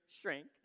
shrink